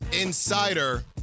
insider